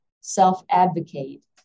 self-advocate